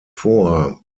vor